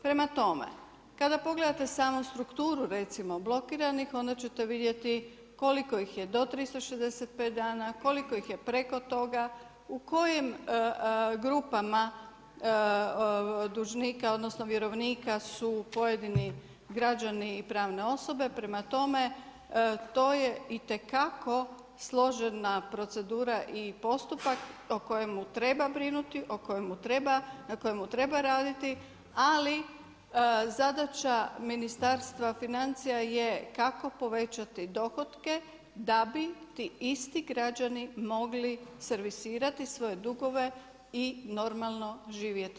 Prema tome, kada pogledate samu strukturu recimo blokiranih onda ćete vidjeti koliko ih do 365 dana, koliko ih je preko toga, u kojim grupama dužnika odnosno vjerovnika su pojedini građani i pravne osobe prema tome, to je itekako složena procedura i postupak o kojem treba brinuti, na kojemu treba raditi, ali zadaća Ministarstva financija je kako povećati dohotke da bi ti isti građani mogli servisirati svoje dugove i normalno živjeti.